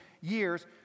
years